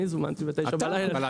אני זומנתי ב 21:00 בלילה.